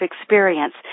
experience